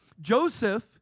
Joseph